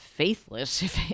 Faithless